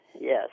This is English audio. yes